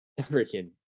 freaking